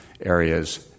areas